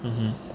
mmhmm